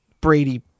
Brady